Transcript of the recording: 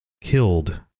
killed